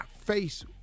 Face